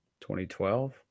2012